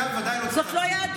אתה בוודאי לא, זאת לא יהדות.